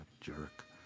jerk